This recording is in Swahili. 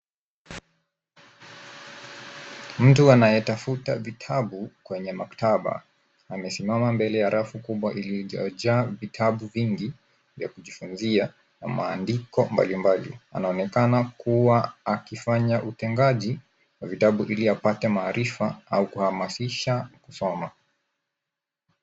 Mtu anayetafuta vitabu kwenye maktaba, amesimama mbele ya rafu kubwa iliyojaa vitabu vingi vya kujifunzia na maandiko mbalimbali. Anaonekana kuwa akifanya utengaji wa vitabu ili apate maarifa au kuhamasisha kusoma.